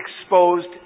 exposed